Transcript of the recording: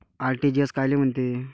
RTGS कायले म्हनते?